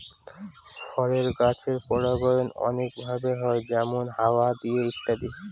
ফলের গাছের পরাগায়ন অনেক ভাবে হয় যেমন হাওয়া দিয়ে ইত্যাদি